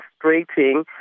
frustrating